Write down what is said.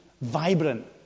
vibrant